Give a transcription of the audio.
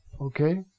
Okay